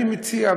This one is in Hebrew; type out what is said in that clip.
אני מציע,